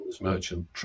merchant